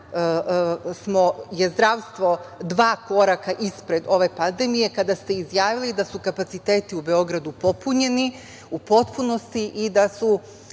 je zdravstvo dva koraka ispred ove pandemije kada ste izjavili da su kapaciteti u Beogradu popunjeni u potpunosti i da su